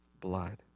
blood